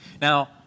Now